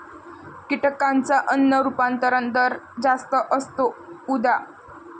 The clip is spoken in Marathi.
कीटकांचा अन्न रूपांतरण दर जास्त असतो, उदा